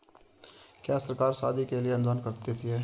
क्या सरकार शादी के लिए अनुदान देती है?